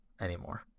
anymore